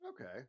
Okay